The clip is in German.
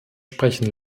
sprechen